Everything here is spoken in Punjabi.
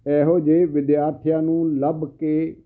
ਇਹੋ ਜਿਹੇ ਵਿਦਿਆਰਥੀਆਂ ਨੂੰ ਲੱਭ ਕੇ